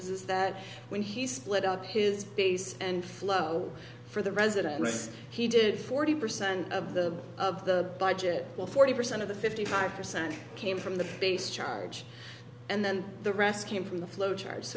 does that when he split up his base and flow for the residents he did forty percent of the of the budget while forty percent of the fifty five percent came from the base charge and then the rest came from the flowchart